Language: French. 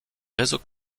réseaux